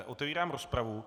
Otevírám rozpravu.